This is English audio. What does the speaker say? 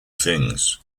things